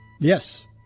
Yes